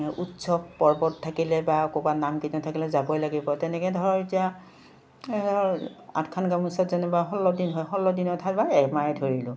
উৎসৱ পৰ্বত থাকিলে বা ক'বাত নাম কীৰ্তন থাকিলে যাবই লাগিব তেনেকৈ ধৰক এতিয়া আঠখন গামোচাত যেনিবা ষোল্ল দিন হয় ষোল্ল দিনৰ ঠাইত বা এমাহে ধৰিলোঁ